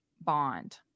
bond